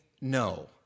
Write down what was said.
no